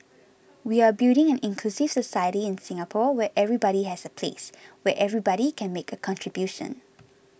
we are building an inclusive society in Singapore where everybody has a place where everybody can make a contribution